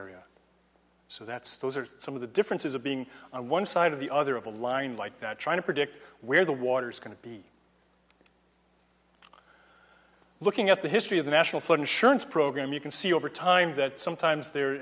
area so that's those are some of the differences of being on one side of the other of a line like that trying to predict where the water's going to be looking at the history of the national flood insurance program you can see over time that sometimes the